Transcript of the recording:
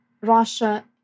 Russia